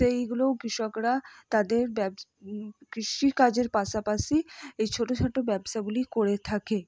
সেইগুলোও কৃষকরা তাদের কৃষিকাজের পাশাপাশি এই ছোটো ছোটো ব্যবসাগুলি করে থাকে